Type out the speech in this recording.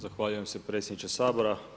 Zahvaljujem se predsjedniče SAbora.